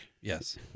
Yes